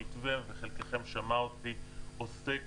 המתווה הזה, חלקיכם שמע אותי, עוסק